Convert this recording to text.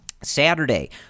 Saturday